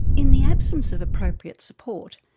in the absence of appropriate support,